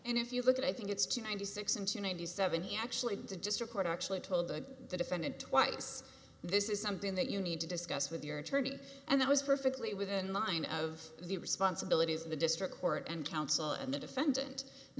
and if you look at i think it's two ninety six and two ninety seven he actually did just record i actually told the defendant twice this is something that you need to discuss with your attorney and that was perfectly within line of the responsibilities of the district court and counsel and the defendant